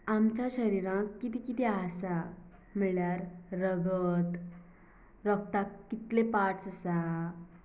आमच्या शरिरांक किदें किदें आसा म्हळ्यार रगत रगताक कितले पार्ट्स आसा